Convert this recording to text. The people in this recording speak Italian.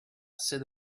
sede